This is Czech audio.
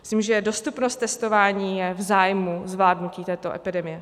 Myslím, že dostupnost testování je v zájmu zvládnutí této epidemie.